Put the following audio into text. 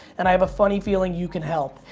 and i have a funny feeling you could help.